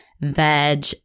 veg